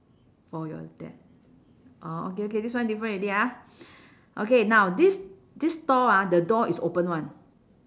for your dad orh okay okay this one different already ah okay now this this store ah the door is open [one]